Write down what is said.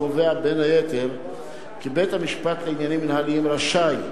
קובע בין היתר כי בית-המשפט לעניינים מינהליים רשאי,